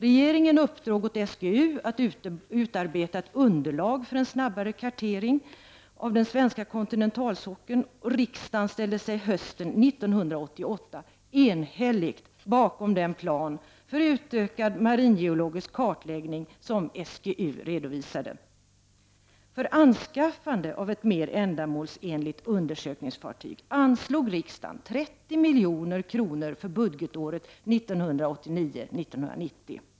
Regeringen uppdrog åt SGU att utarbeta ett underlag för en snabbare kartering av den svenska kontinentalsockeln. Riksdagen ställde sig hösten 1988 enhälligt bakom den plan för utökad maringeologisk kartläggning som SGU redovisade. För anskaffande av ett mer ändamålsenligt undersökningsfartyg anslog riksdagen 30 milj.kr. budgetåret 1989/90.